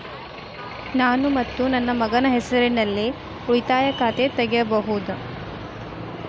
ನಾನು ಮತ್ತು ನನ್ನ ಮಗನ ಹೆಸರಲ್ಲೇ ಉಳಿತಾಯ ಖಾತ ತೆಗಿಬಹುದ?